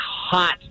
hot